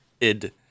Id